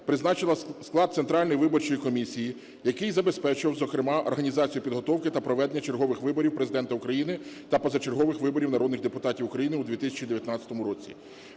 призначила склад Центральної виборчої комісії, який забезпечував, зокрема, організацію підготовки та проведення чергових виборів Президента України та позачергових виборів народних депутатів України у 2019 році.